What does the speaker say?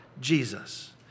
Jesus